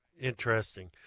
Interesting